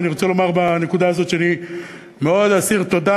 ואני רוצה לומר בנקודה הזאת שאני מאוד אסיר תודה,